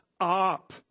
up